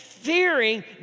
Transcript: Fearing